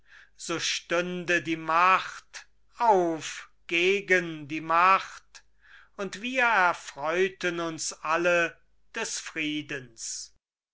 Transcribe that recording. so stünde die macht auf gegen die macht und wir erfreuten uns alle des friedens